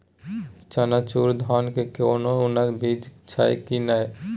चननचूर धान के कोनो उन्नत बीज छै कि नय?